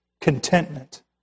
contentment